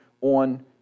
on